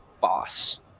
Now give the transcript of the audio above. boss